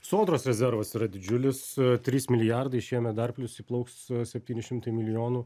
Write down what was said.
sodros rezervas yra didžiulis trys milijardai šiemet dar plius įplauks septyni šimtai milijonų